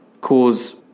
cause